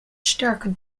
sterke